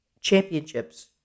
championships